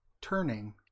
turning